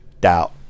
doubt